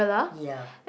yep